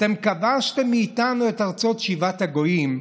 אתם כבשתם מאיתנו את ארצות שבעת הגויים,